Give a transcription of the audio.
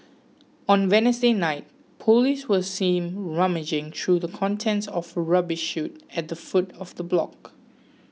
on Wednesday night police were seen rummaging through the contents of a rubbish chute at the foot of the block